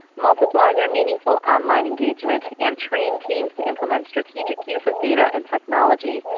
multiply their meaningful online engagement, and train teams to implement strategic use of data and technology.